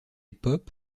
pop